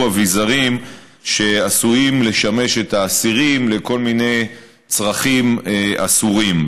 אביזרים שעשויים לשמש את האסירים לכל מיני צרכים אסורים,